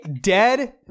Dead